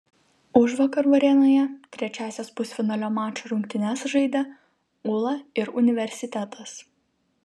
užvakar varėnoje trečiąsias pusfinalinio mačo rungtynes žaidė ūla ir universitetas